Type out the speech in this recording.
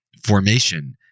formation